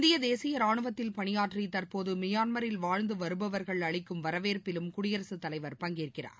இந்திய தேசிய ரானுவத்தில் பணியாற்றி தற்போது மியான்மரில் வாழ்ந்து வருபவர்கள் அளிக்கும் வரவேற்பிலும் குடியரசுத் தலைவர் பங்கேற்கிறார்